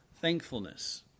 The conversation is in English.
thankfulness